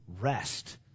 rest